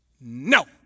No